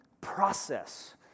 process